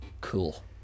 cool